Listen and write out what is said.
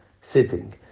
sitting